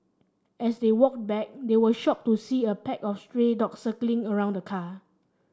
as they walked back they were shocked to see a pack of stray dogs circling around the car